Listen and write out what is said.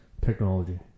Technology